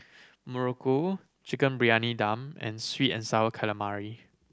Muruku Chicken Briyani Dum and sweet and Sour Calamari